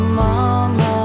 mama